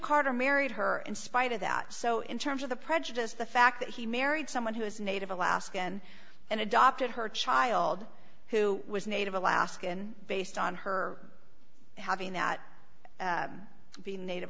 carter married her in spite of that so in terms of the prejudice the fact that he married someone who is native alaskan and adopted her child who was native alaskan based on her having that being native